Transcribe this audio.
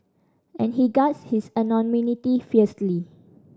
and he guards his anonymity fiercely